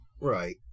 Right